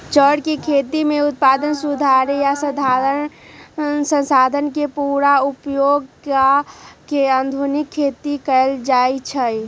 चौर के खेती में उत्पादन सुधारे आ संसाधन के पुरा उपयोग क के आधुनिक खेती कएल जाए छै